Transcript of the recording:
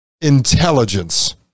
intelligence